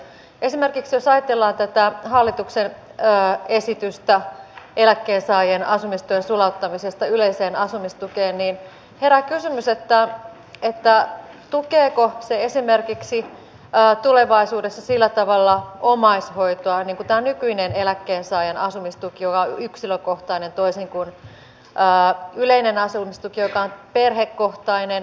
esimerkiksi jos ajatellaan tätä hallituksen esitystä eläkkeensaajien asumistuen sulauttamisesta yleiseen asumistukeen niin herää kysymys tukeeko se esimerkiksi tulevaisuudessa sillä tavalla omaishoitoa kuin tämä nykyinen eläkkeensaajan asumistuki joka on yksilökohtainen toisin kuin yleinen asumistuki joka on perhekohtainen